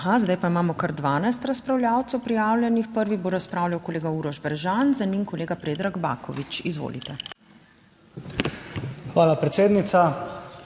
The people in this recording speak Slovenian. Aha, zdaj pa imamo kar 12 razpravljavcev prijavljenih. Prvi bo razpravljal kolega Uroš Bržan, za njim kolega Predrag Baković, izvolite. UROŠ BREŽAN